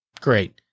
great